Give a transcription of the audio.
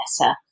better